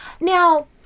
now